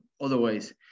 otherwise